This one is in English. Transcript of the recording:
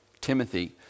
Timothy